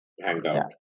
hangout